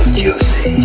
juicy